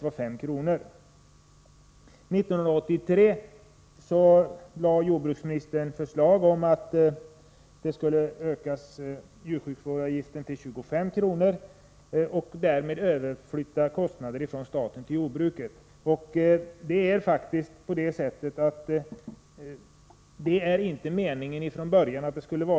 År 1983 lade jordbruksministern fram förslag om att djursjukvårdsavgiften skulle ökas till 25 kr., vilket innebar en överflyttning av kostnader från staten till jordbruket. Detta var faktiskt inte avsett från början.